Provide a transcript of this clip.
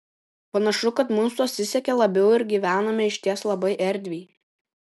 panašu kad mums pasisekė labiau ir gyvename išties labai erdviai